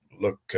look